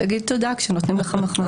תגיד תודה כשנותנים לך מחמאה.